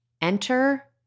Enter